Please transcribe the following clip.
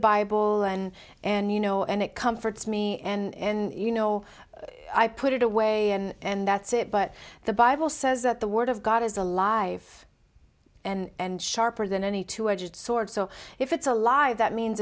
bible and and you know and it comforts me and you know i put it away and that's it but the bible says that the word of god is alive and sharper than any two edged sword so if it's a lie that means